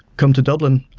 come to dublin,